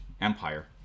empire